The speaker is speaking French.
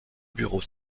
bureau